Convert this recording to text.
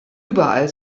überall